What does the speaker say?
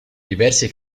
diverse